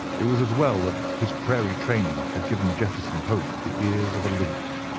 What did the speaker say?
it was as well that his prairie training had given jefferson hope the ears of a lynx.